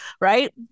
Right